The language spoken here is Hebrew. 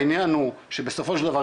העניין הוא שבסופו של דבר,